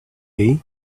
day